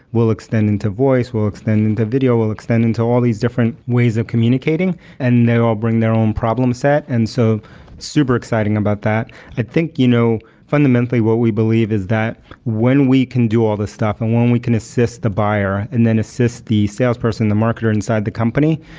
we'll extend into voice, we'll extend into video, we'll extend into all these different ways of communicating and they'll bring their own problem set. and so super exciting about that i think you know fundamentally, what we believe is that when we can do all this stuff and when we can assist the buyer and then assist the salesperson, the marketer inside the company,